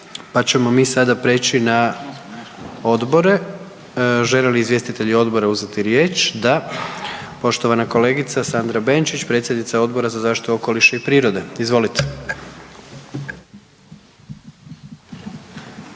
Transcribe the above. pa ćemo mi sada prijeći na odbore. Žele li izvjestitelji odbora uzeti riječ? Da. Poštovana kolegica Sandra Benčić predsjednica Odbora za zaštitu okoliša i prirode. Izvolite.